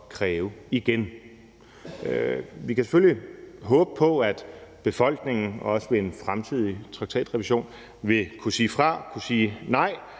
kræve igen. Vi kan selvfølgelig håbe på, at befolkningen også ved en fremtidig traktatrevision vil kunne sige fra, vil kunne sige nej,